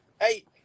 hey